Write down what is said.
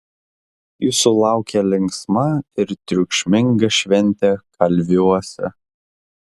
jūsų laukia linksma ir triukšminga šventė kalviuose